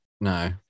No